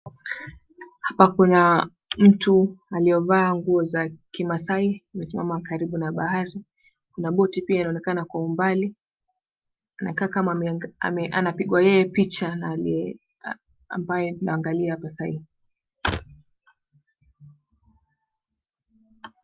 Hapa kuna mtu aliyevaa nguo za kimasai, amesimama karibu na bahari. Kuna boti pia linaonekana kwa umbali, inakaa kama anapigwa yeye picha, na ambaye tunaangalia hapa saa hii.